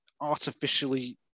artificially